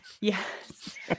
yes